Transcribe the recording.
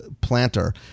planter